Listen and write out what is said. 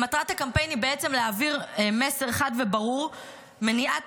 מטרת הקמפיין היא בעצם להעביר מסר חד וברור: מניעת